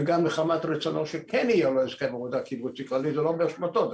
וגם מחמת רצונו שכן יהיה לו הסכם עבודה קיבוצי כללי - זה לא באשמתו.